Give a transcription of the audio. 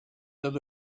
that